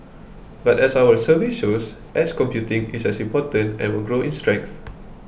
but as our survey shows edge computing is as important and will grow in strength